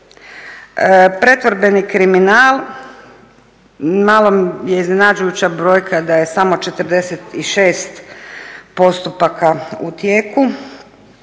Pretvorbeni kriminal, malo je iznenađujuća brojka da je samo 46 postupaka u tijeku.